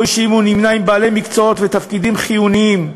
או שהוא נמנה עם בעלי מקצועות ותפקידים חיוניים,